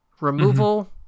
removal